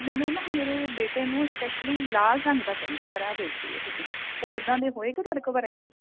ਮੈਨੂੰ ਨਾ ਮੇਰੇ ਬੇਟੇ ਨੂੰ ਸਪੈਸ਼ਲੀ ਲਾਲ ਰੰਗ ਦਾ ਚਾਹੀਦਾ ਪਰ ਆਹ ਦੇਖ ਲਿਓ ਤੁਸੀਂ ਉਹ ਇਦਾਂ ਦੇ ਹੋਏਗਾ ਤੁਹਾਡੇ ਕੋਲ ਵਰਾਇਟੀ